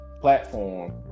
platform